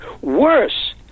Worse